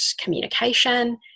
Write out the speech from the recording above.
communication